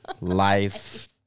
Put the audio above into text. life